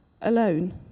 alone